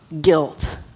guilt